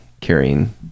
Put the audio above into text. carrying